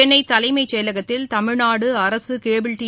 சென்னை தலைமைச் செயலகத்தில்தமிழ்நாடு அரசு கேபிள் டி